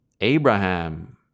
Abraham